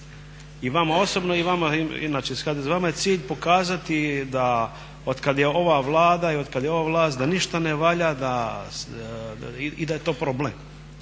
inače iz HDZ-a, vama je cilj pokazati da od kada je ova Vlada i od kada je ova vlast da ništa ne valja i da je to problem.